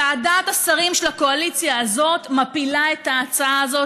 ועדת השרים של הקואליציה הזאת מפילה את ההצעה הזאת,